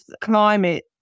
climate